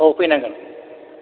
औ फैनांगोन